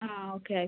ആ ഓക്കെ ആയിക്കോട്ടെ